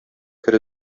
кер